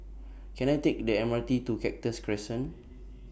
Can I Take The M R T to Cactus Crescent